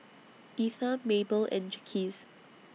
Etha Mable and Jaquez